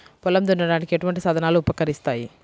పొలం దున్నడానికి ఎటువంటి సాధనాలు ఉపకరిస్తాయి?